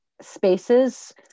spaces